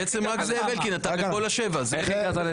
שבע.